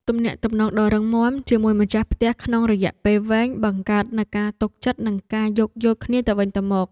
ទំនាក់ទំនងដ៏រឹងមាំជាមួយម្ចាស់ផ្ទះក្នុងរយៈពេលវែងបង្កើតនូវការទុកចិត្តនិងការយោគយល់គ្នាទៅវិញទៅមក។